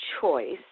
choice